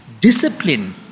discipline